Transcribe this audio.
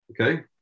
Okay